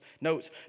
Notes